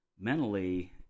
mentally